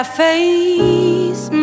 face